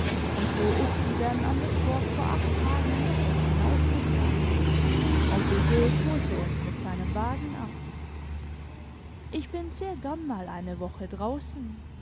und so ist sie denn am mittwoch vor acht tagen mit uns hinausgefahren onkel dirk holte uns mit seinem wagen ab ich bin sehr gern mal eine woche draußen